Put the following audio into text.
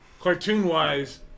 cartoon-wise